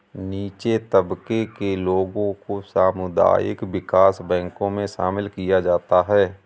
नीचे तबके के लोगों को सामुदायिक विकास बैंकों मे शामिल किया जाता है